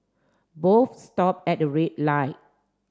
both stop at a red light